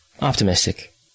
optimistic